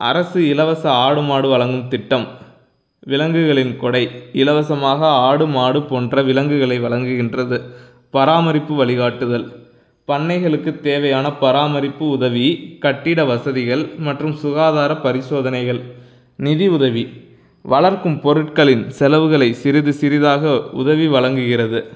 அரசு இலவச ஆடு மாடு வழங்கும் திட்டம் விலங்குகளின் கொடை இலவசமாக ஆடு மாடு போன்ற விலங்குகளை வழங்குகின்றது பராமரிப்பு வழிகாட்டுதல் பண்ணைகளுக்கு தேவையான பராமரிப்பு உதவி கட்டிட வசதிகள் மற்றும் சுகாதார பரிசோதனைகள் நிதி உதவி வளர்க்கும் பொருட்களின் செலவுகளை சிறிது சிறிதாக உதவி வழங்குகிறது